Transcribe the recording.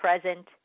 present